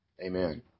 Amen